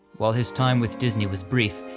while his time with disney was brief,